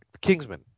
Kingsman